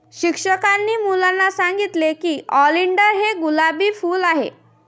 शिक्षकांनी मुलांना सांगितले की ऑलिंडर हे गुलाबी फूल आहे